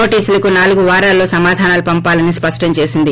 నోటీసులకు నాలుగు వారాల్లో సమాధానాలు పంపాలని స్పష్టం చేసింది